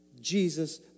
Jesus